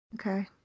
Okay